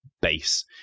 base